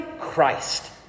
Christ